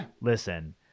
listen